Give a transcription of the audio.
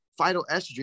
phytoestrogen